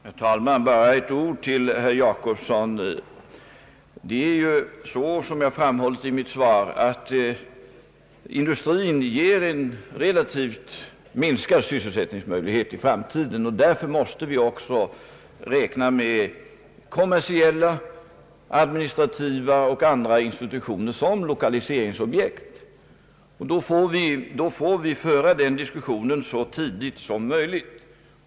Herr talman! Bara ett par ord till herr Jacobsson! Som jag framhållit i mitt svar ger industrin en relativt sett minskad sysselsättningsmöjlighet i framtiden. Därför måste vi också räkna med kommersiella, administrativa och andra institutioner som lokaliseringsobjekt, och diskussionen om dessa ting måste föras så tidigt som möjligt.